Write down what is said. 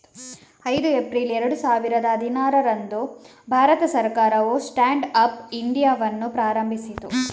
ಐದು ಏಪ್ರಿಲ್ ಎರಡು ಸಾವಿರದ ಹದಿನಾರರಂದು ಭಾರತ ಸರ್ಕಾರವು ಸ್ಟ್ಯಾಂಡ್ ಅಪ್ ಇಂಡಿಯಾವನ್ನು ಪ್ರಾರಂಭಿಸಿತು